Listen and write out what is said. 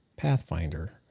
Pathfinder